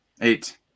eight